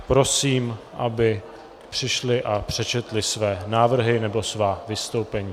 Prosím, aby přišli a přečetli své návrhy nebo svá vystoupení.